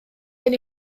gen